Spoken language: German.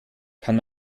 kann